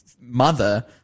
mother